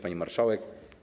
Pani Marszałek!